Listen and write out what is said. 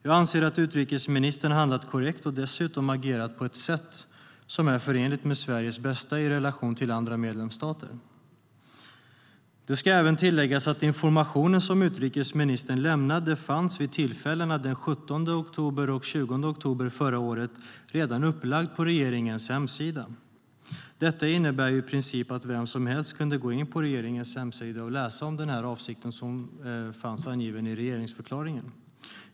Jag anser att utrikesministern har handlat korrekt och dessutom agerat på ett sätt som är förenligt med Sveriges bästa i relation till andra medlemsstater. Det ska tilläggas att informationen som utrikesministern lämnade vid tillfällena den 17 och den 20 oktober förra året redan fanns upplagd på regeringens hemsida. Detta innebär att i princip vem som helst kunde gå in på regeringens hemsida och läsa om avsikten, som också fanns angiven i regeringsförklaringen.